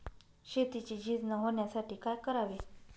शेतीची झीज न होण्यासाठी काय करावे?